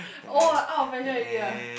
oh out of fashion already ah